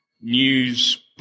News